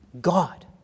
God